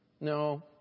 No